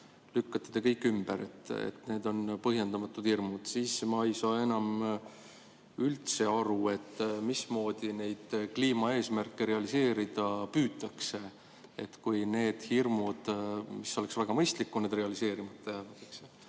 lükkate te ümber, need on põhjendamatud hirmud, siis ma ei saa enam üldse aru, mismoodi neid kliimaeesmärke realiseerida püütakse – mis oleks väga mõistlik, kui need realiseerimata